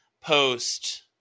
post